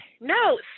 No